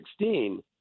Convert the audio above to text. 2016